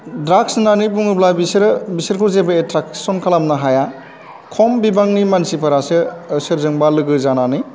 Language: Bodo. ड्राग्स होननानै बुङोब्ला बिसोरो बिसोरखौ जेबो एट्राकसन खालामनो हाया खम बिबांनि मानसिफोरासो सोरजोंबा लोगो जानानै